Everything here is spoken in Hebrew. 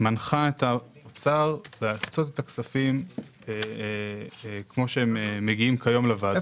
מנחה את האוצר להקצות את הכספים כמו שהם מגיעים כיום לוועדה.